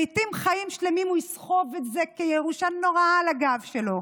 לעיתים חיים שלמים הוא יסחוב את זה כירושה נוראה על הגב שלו,